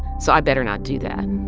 so i better not do that.